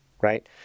right